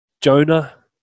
Jonah